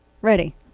Ready